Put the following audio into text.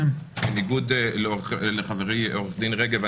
ובניגוד לחברי עורך דין רגב,